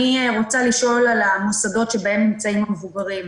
אני רוצה לשאול על המוסדות שבהם נמצאים המבוגרים.